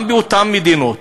גם באותן מדינות,